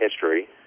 history